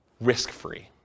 risk-free